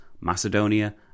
Macedonia